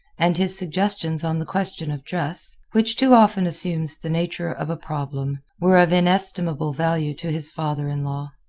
and his suggestions on the question of dress which too often assumes the nature of a problem were of inestimable value to his father-in-law.